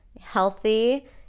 healthy